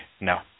No